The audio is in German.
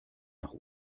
nach